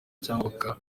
cyangwa